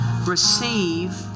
receive